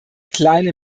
kleine